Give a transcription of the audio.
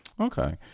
Okay